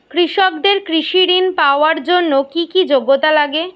কৃষকদের কৃষি ঋণ পাওয়ার জন্য কী কী যোগ্যতা লাগে?